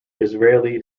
israeli